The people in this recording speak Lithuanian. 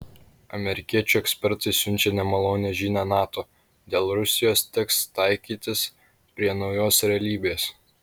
amerikiečių ekspertai siunčia nemalonią žinią nato dėl rusijos teks taikytis prie naujos realybės